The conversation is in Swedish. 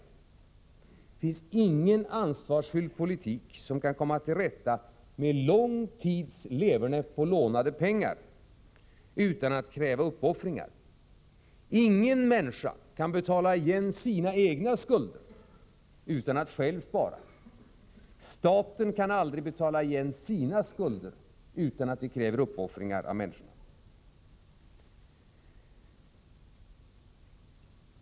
Det finns ingen ansvarsfylld politik som kan komma till rätta med lång tids leverne på lånade pengar utan att kräva uppoffringar. Ingen människa kan betala igen sina egna skulder utan att själv spara. Staten kan aldrig betala igen sina skulder, utan att vi kräver uppoffringar av medborgarna.